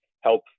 help